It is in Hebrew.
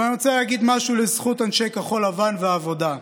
אבל אני רוצה להגיד משהו לזכות אנשי כחול לבן והעבודה: